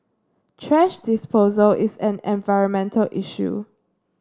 thrash disposal is an environmental issue